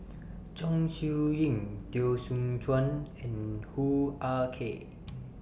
Chong Siew Ying Teo Soon Chuan and Hoo Ah Kay